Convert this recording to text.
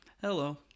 Hello